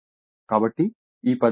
కాబట్టి ఈ పదాన్ని మేము విస్మరిస్తాము